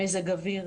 וכו'.